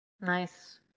Nice